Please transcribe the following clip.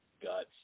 guts